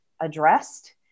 addressed